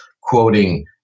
quoting